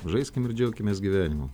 žaiskim ir džiaukimės gyvenimu